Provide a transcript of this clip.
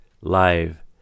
live